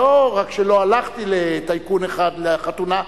שלא רק שלא הלכתי לטייקון אחד לחתונה,